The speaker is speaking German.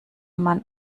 man